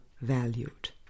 valued